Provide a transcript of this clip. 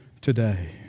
today